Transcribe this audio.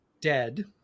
dead